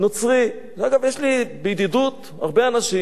ואגב, יש לי ידידות עם הרבה אנשים, שזו גדולתם,